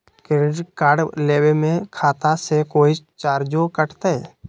Credit card लेवे में खाता से कोई चार्जो कटतई?